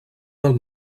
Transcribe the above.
del